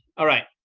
all right,